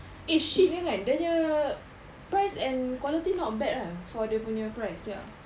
eh SHEIN nya kan dia punya price and quality not bad eh for dia nya price ya